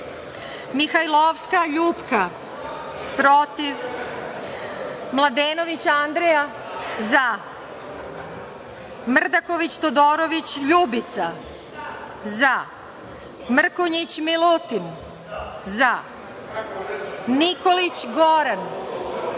zaMihajlovska Ljupka – protivMladenović Andreja – zaMrdaković Todorović Ljubica – zaMrkonjić Milutin – zaNikolić Goran –